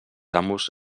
amos